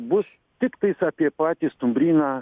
bus tiktais apie patį stumbryną